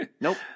Nope